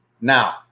now